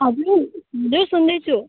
हजुर हिँड्दै सुन्दैछु